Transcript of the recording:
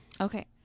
Okay